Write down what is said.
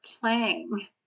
playing